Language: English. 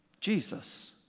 Jesus